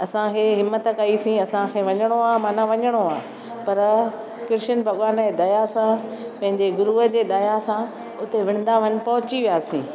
असां ही हिमथ कइसीं असांखे वञणो आहे मन वञणो आहे पर कृष्ण भॻवान जी दया सां पंहिंजे गुरूअ जे दया सां उते वृंदावन पहुची वियासीं